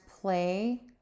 play